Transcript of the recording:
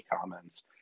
comments